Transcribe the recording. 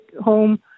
home